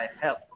help